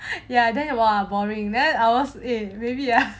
ya then !wah! boring then ours ah maybe ah